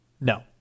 No